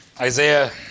Isaiah